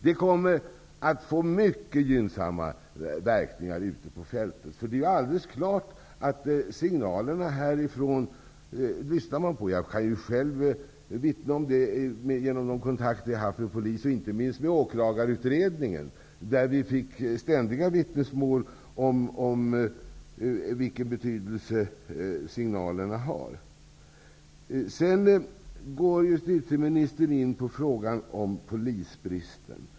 Det kommer att få mycket gynnsamma verkningar ute på fältet, för det är alldeles klart att signalerna härifrån lyssnar man på. Jag kan själv vittna om det genom de kontakter jag har haft med polis och inte minst genom åklagarutredningen, där vi fick ständiga vittnesmål om vilken betydelse signalerna har. Sedan går justitieministern in på frågan om polisbristen.